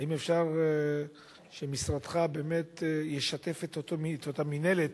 האם אפשר שמשרדך באמת ישתף את אותה מינהלת,